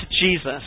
Jesus